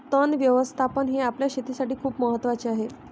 तण व्यवस्थापन हे आपल्या शेतीसाठी खूप महत्वाचे आहे